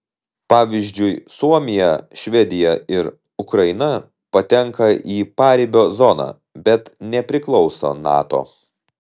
pavyzdžiui suomija švedija ir ukraina patenka į paribio zoną bet nepriklauso nato